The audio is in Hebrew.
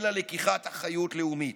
אלא לקיחת אחריות לאומית.